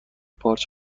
پارچ